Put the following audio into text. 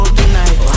tonight